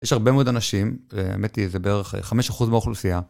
יש הרבה מאוד אנשים, ו... האמת היא זה בערך 5% מהאוכלוסייה.